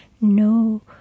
no